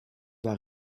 vas